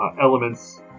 elements